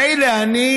מילא אני,